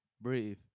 Breathe